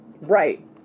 Right